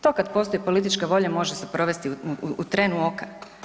To kad postoji politička volja, može se provesti u trenu oka.